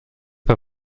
pas